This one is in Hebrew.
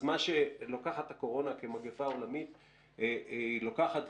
אז מה שלוקחת הקורונה כמגפה עולמית היא לוקחת,